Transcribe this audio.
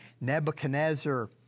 Nebuchadnezzar